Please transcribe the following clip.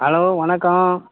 hello வணக்கம்